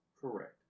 Correct